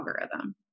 algorithm